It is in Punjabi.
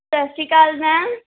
ਸਤਿ ਸ਼੍ਰੀ ਅਕਾਲ ਮੈਮ